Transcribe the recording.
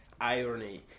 irony